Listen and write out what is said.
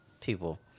people